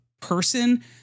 person